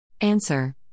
Answer